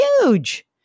huge